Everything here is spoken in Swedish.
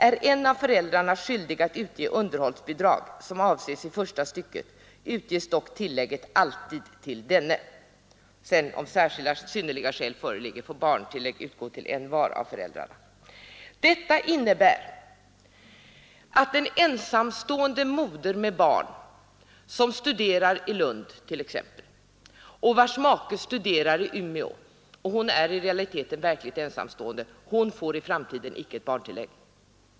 Är en av föräldrarna skyldig att utge underhållsbidrag som avses i första stycket, utges dock tillägget alltid till denne. Om synnerliga skäl föreligger, får barntillägg utgå till en var av föräldrarna.” Detta innebär att en ensamstående moder med barn som studerar i t.ex. Lund och vars make studerar i Umeå — hon är i realiteten ensamstående — icke får barntillägg.